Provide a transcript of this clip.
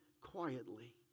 quietly